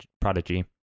prodigy